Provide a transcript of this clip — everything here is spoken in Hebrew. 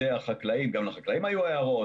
לחקלאים היו הערות,